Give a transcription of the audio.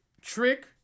Trick